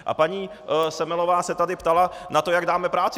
A paní Semelová se tady ptala na to, jak dáme práci.